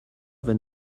wenn